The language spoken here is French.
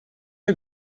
que